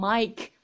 Mike